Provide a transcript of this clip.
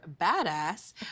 badass